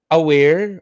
aware